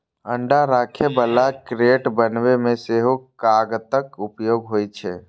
अंडा राखै बला क्रेट बनबै मे सेहो कागतक उपयोग होइ छै